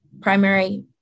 primary